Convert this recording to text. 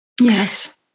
yes